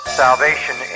salvation